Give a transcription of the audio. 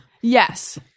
yes